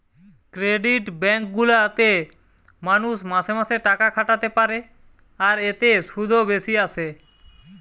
credit bank গুলা তে মানুষ মাসে মাসে টাকা খাটাতে পারে আর এতে শুধও বেশি আসে